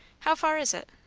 how far is it?